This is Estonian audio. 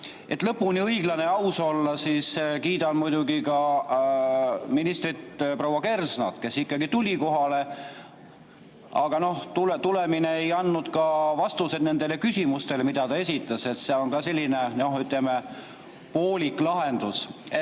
Et lõpuni õiglane ja aus olla, siis kiidan muidugi minister proua Kersnat, kes ikkagi tuli kohale. Aga noh, tulemine ei andnud vastuseid nendele küsimustele, mida talle esitati. See on ka selline, ütleme, poolik lahendus.